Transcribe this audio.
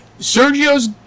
Sergio's